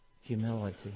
humility